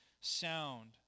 sound